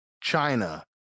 China